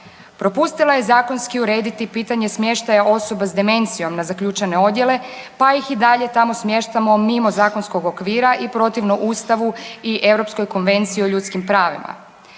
Propustila je zakonski urediti pitanje smještaja osoba s demencijom na zaključane odjele, pa ih i dalje tamo smještamo mimo zakonskog okvira i protivno Ustavu u Europskoj konvenciji o ljudskim pravima.